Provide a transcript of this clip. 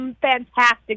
fantastic